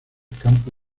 campo